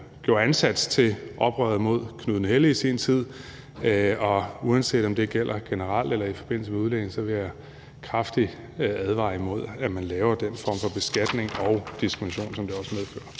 gjorde ansats til oprøret mod Knud den Hellige i sin tid, og uanset om det gælder generelt eller i forbindelse med udlændinge, vil jeg kraftigt advare imod, at man laver den form for beskatning og diskrimination, som det også medfører.